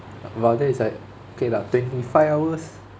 but that is like okay lah twenty five hours